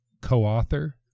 co-author